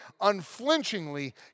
unflinchingly